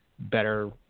better